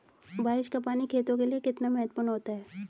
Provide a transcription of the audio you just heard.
बारिश का पानी खेतों के लिये कितना महत्वपूर्ण होता है?